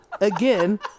again